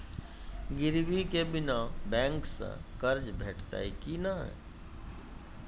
गिरवी के बिना बैंक सऽ कर्ज भेटतै की नै?